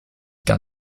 gar